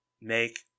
make